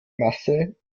masse